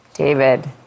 David